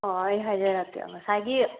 ꯑꯣ ꯑꯩ ꯍꯥꯏꯖꯔꯛꯀꯦ ꯉꯁꯥꯏꯒꯤ